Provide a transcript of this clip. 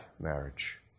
marriage